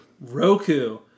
Roku